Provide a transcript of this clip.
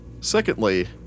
Secondly